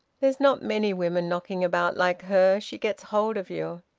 there's not many women knocking about like her. she gets hold of you.